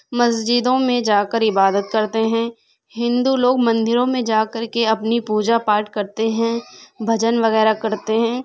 مسجدوں میں جا کر عبادت کرتے ہیں ہندو لوگ مندروں میں جا کر کے اپنی پوجا پاٹ کرتے ہیں بھجن وغیرہ کرتے ہیں